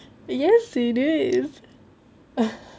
yes it is